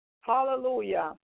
Hallelujah